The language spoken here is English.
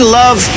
love